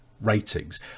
ratings